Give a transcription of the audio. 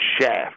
Shaft